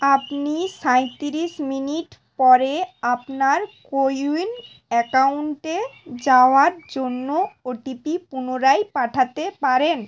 আপনি সাঁইতিরিশ মিনিট পরে আপনার কো ইউইন অ্যাকাউন্টে যাওয়ার জন্য ওটিপি পুনরায় পাঠাতে পারেন